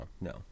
no